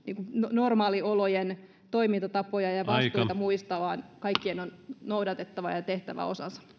normaaliolojen toimintatapoja ja vastuita muista vaan kaikkien on noudatettava ja tehtävä osansa